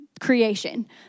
creation